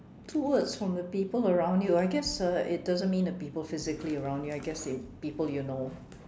two words from the people around you I guess uh it doesn't mean the people physically around you I guess it people you know